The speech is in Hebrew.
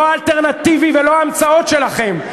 לא האלטרנטיבי ולא ההמצאות שלכם.